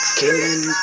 killing